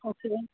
okay